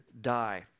die